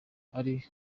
ariho